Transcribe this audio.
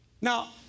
Now